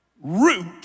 root